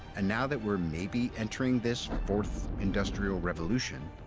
and now that we're maybe entering this fourth industrial revolution,